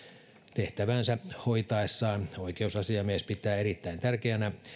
tehtäväänsä hoitaessaan oikeusasiamies pitää erittäin tärkeänä